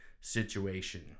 situation